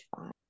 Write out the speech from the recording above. five